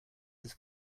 his